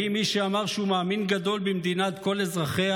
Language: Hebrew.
האם מי שאמר שהוא מאמין גדול במדינת כל אזרחיה